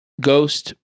ghost